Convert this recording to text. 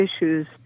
issues